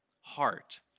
heart